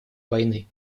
войны